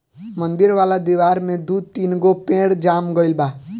मंदिर वाला दिवार में दू तीन गो पेड़ जाम गइल बा